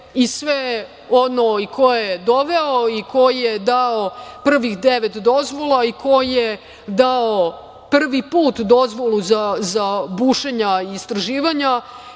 i ko je doveo i ko je dao prvih devet dozvola i ko je dao prvi put dozvolu za bušenja i istraživanja.